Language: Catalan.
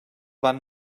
van